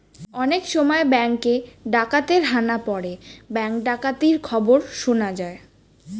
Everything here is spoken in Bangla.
অনেক সময় ব্যাঙ্কে ডাকাতের হানা পড়ে ব্যাঙ্ক ডাকাতির খবর শোনা যায়